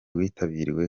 witabiriwe